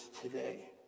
today